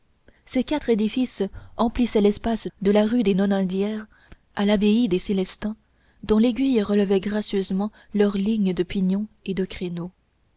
ces quatre édifices emplissaient l'espace de la rue des nonaindières à l'abbaye des célestins dont l'aiguille relevait gracieusement leur ligne de pignons et de créneaux